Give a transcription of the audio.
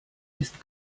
ist